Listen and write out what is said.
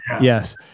yes